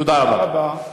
תודה רבה.